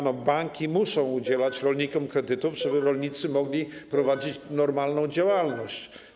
No, banki muszą udzielać rolnikom kredytów, żeby rolnicy mogli prowadzić normalną działalność.